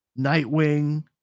Nightwing